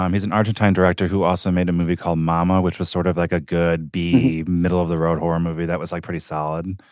um he's an argentine director who also made a movie called mama which was sort of like a good b. middle of the road horror movie that was like pretty solid.